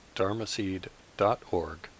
dharmaseed.org